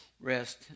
rest